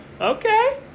Okay